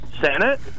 Senate